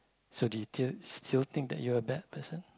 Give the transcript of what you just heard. so do you t~ still think that you're a bad person